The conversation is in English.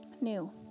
new